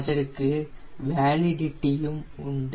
அதற்கு வேலிடிட்டியும் உண்டு